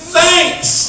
thanks